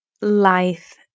life